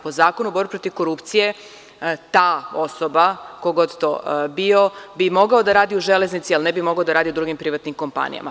Po Zakonu o borbi protiv korupcije ta osoba, ko god to bio, bi mogao da radi u Železnici, ali ne bi mogao da radi u drugim privatnim kompanijama.